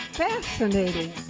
fascinating